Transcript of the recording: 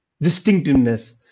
distinctiveness